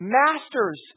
masters